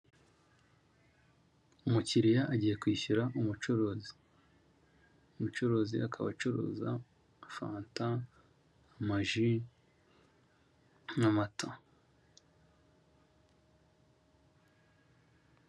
Umukiriya agiye kwishyura umucuruzi. Umucuruzi akaba acuruza fanta, amaji n'amata.